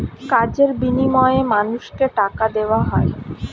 কাজের বিনিময়ে মানুষকে টাকা দেওয়া হয়